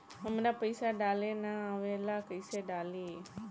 हमरा पईसा डाले ना आवेला कइसे डाली?